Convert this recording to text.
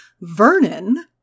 Vernon